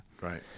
Right